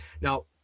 now